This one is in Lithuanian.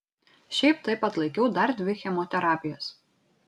šiaip taip atlaikiau dar dvi chemoterapijas